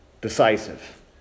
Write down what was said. decisive